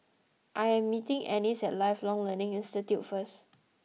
I am meeting Annis at Lifelong Learning Institute first